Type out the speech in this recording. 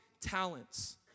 talents